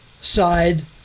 side